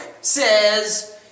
says